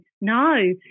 No